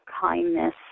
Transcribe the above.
kindness